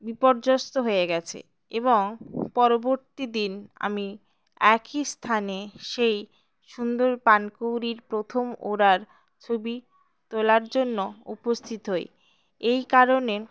বিপর্যস্ত হয়ে গিয়েছে এবং পরবর্তী দিন আমি একই স্থানে সেই সুন্দর পানকৌড়ির প্রথম ওড়ার ছবি তোলার জন্য উপস্থিত হই এই কারণে